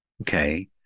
Okay